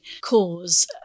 cause